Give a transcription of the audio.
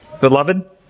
Beloved